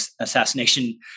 assassination